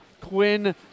Quinn